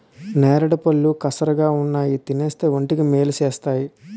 నేరేడుపళ్ళు కసగావున్నా తినేస్తే వంటికి మేలు సేస్తేయ్